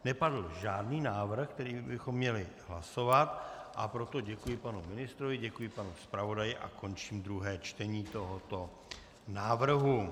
Nepadl žádný návrh, který bychom měli hlasovat, a proto děkuji panu ministrovi, děkuji panu zpravodaji a končím druhé čtení tohoto návrhu.